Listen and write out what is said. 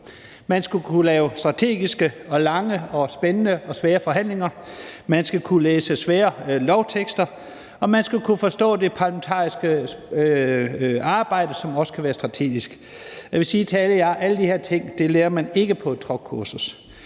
Man skal kunne lave strategiske og lange og spændende og svære forhandlinger; man skal kunne læse svære lovtekster; og man skal kunne forstå det parlamentariske arbejde, som også kan være strategisk. Jeg vil sige til alle jer: Alle de her ting lærer man ikke på et truckkursus.